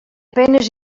penes